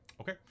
Okay